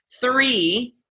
three